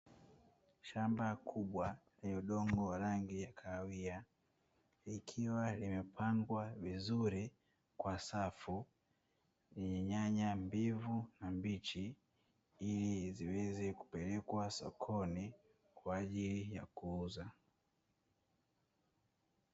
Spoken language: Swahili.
Eneo kubwa la shamba lenye mimea ya nyanya lilopandwa mimea hiyo na kukomaa vizuri tayari kupelekwa shambani kwaajili ya kuuzwa